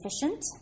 efficient